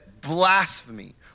blasphemy